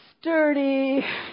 Sturdy